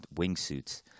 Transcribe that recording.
wingsuits